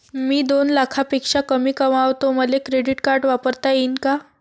मी दोन लाखापेक्षा कमी कमावतो, मले क्रेडिट कार्ड वापरता येईन का?